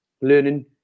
learning